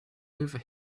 over